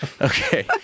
Okay